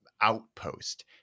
outpost